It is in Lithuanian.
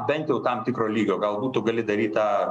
bent jau tam tikro lygio galbūt tu gali daryt tą